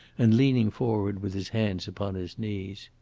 and leaning forward with his hands upon his knees.